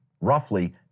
roughly